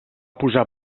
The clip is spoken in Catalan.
posar